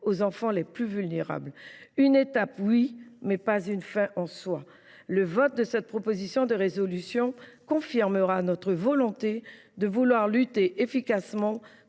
aux enfants les plus vulnérables, mais cette étape n’est pas une fin en soi. Le vote de cette proposition de résolution confirmera notre volonté de lutter efficacement